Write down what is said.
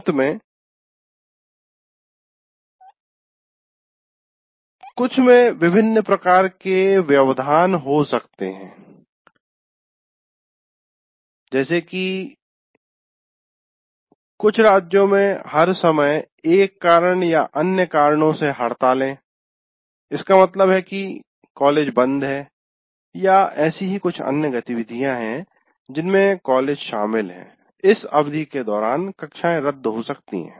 अंत में कुछ विभिन्न प्रकार के व्यवधान हो सकते हैं जैसे कि कुछ राज्यों में हर समय एक कारण या अन्य कारणों से हड़ताले इसका मतलब है कि कॉलेज बंद है या ऐसी ही कुछ अन्य गतिविधियाँ हैं जिनमें कॉलेज शामिल है इस अवधि के दौरान कक्षाएं रद्द हो सकती हैं